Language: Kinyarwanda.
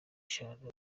eshanu